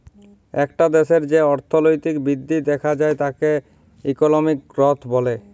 একটা দ্যাশের যে অর্থলৈতিক বৃদ্ধি দ্যাখা যায় তাকে ইকলমিক গ্রথ ব্যলে